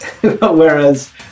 Whereas